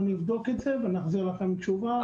אנחנו נבדוק את זה ונחזיר לכם תשובה.